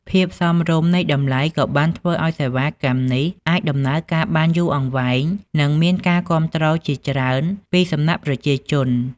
ភាពសមរម្យនៃតម្លៃក៏បានធ្វើឱ្យសេវាកម្មនេះអាចដំណើរការបានយូរអង្វែងនិងមានការគាំទ្រជាច្រើនពីសំណាក់ប្រជាជន។